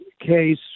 case